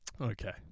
Okay